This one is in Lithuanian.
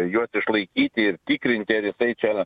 juos išlaikyti ir tikrinti ar jisai čia